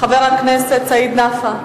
חבר הכנסת סעיד נפאע?